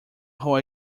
whole